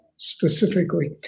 specifically